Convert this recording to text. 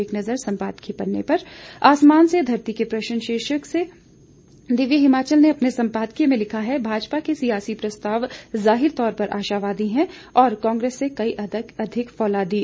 एक नज़र सम्पादकीय पन्ने पर आसमान से धरती के प्रश्न शीर्षक से दिव्य हिमाचल ने अपने संपादकीय में लिखा है भाजपा के सियासी प्रस्ताव जाहिर तौर पर आशावादी हैं और कांग्रेस से कहीं अधिक फौलादी